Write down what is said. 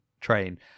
train